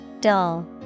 Dull